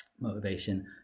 Motivation